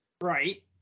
Right